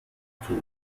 tod